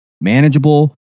manageable